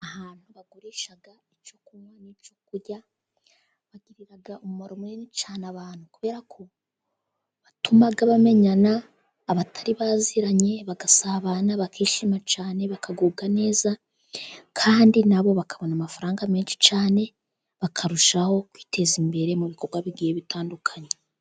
Ahantu bagurisha icyo kunywa n'icyo kurya, bagirira umumaro munini cyane abantu, kubera ko hatuma bamenyana, abatari baziranye bagasabana, bakishima cyane, bakagubwa neza, kandi nabo bakabona amafaranga menshi cyane, bakarushaho kwiteza imbere mu bikorwa bigiye bitandukanye.